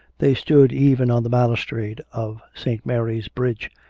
they stood even on the balus trade of st. mary's bridge